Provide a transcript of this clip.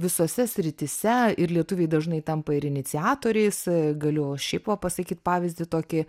visose srityse ir lietuviai dažnai tampa ir iniciatoriais galiu va šiaip va pasakyt pavyzdį tokį